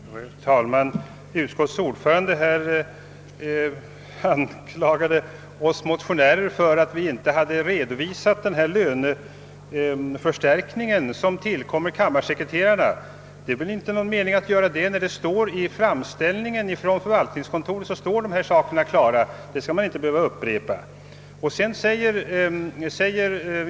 Herr talman! Utskottets ordförande anklagade oss motionärer för att inte ha redovisat den löneförstärkning som tillkommer kammarsekreterarna. Det framgår emellertid av framställningen från förvaltningskontoret och borde därför inte behöva upprepas.